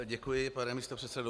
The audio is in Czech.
Děkuji, pane místopředsedo.